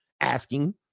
asking